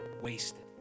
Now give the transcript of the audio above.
wasted